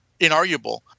inarguable